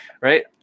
right